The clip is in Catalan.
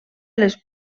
les